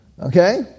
Okay